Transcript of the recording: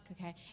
okay